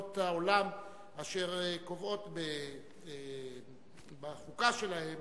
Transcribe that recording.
במדינות העולם אשר קובעות בחוקה שלהן